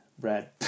Brad